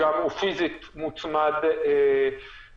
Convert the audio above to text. גם הוא פיזית מוצמד לאדם,